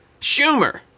Schumer